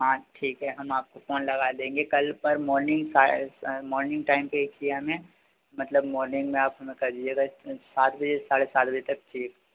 हाँ ठीक है हम आपको फ़ोन लगा देंगे कल पर मॉर्निंग मॉर्निंग टाइम पर ही चाहिए हमें मतलब मॉर्निंग में आप हमें कर दीजिएगा सात बजे साढ़े सात बजे तक चाहिए